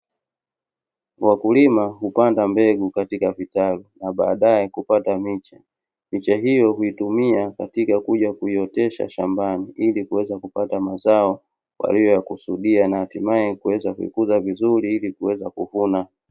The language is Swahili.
Wakulima hupanda mbegu katika vitalu na baadae kupata miche. Miche hio huitumia katika kuja kuiotesha shambani ili kuweza kupata mazao waliyoyakusudia na hatimaye kuweza kukuza vizuri ilikuweza kuvuna.